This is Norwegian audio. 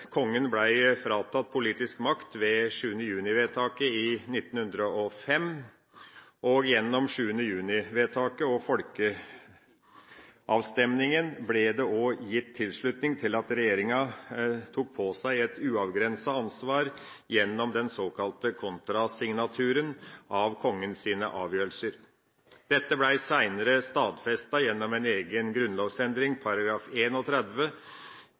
kongen ble fratatt politisk makt ved 7. juni-vedtaket i 1905. Gjennom 7. juni-vedtaket og folkeavstemninga ble det også gitt tilslutning til at regjeringa tok på seg et uavgrenset ansvar gjennom den såkalte kontrasignaturen av kongens avgjørelser. Dette ble senere stadfestet gjennom en egen grunnlovsendring,